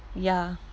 ya